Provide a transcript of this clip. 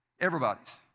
everybody's